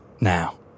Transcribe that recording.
Now